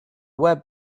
web